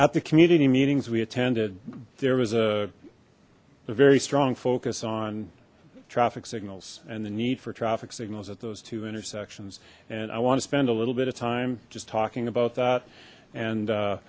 at the community meetings we attended there was a very strong focus on traffic signals and the need for traffic signals at those two intersections and i want to spend a little bit of time just talking about that and